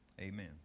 Amen